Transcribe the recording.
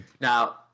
Now